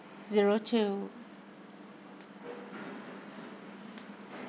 zero two